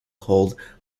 called